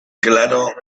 claro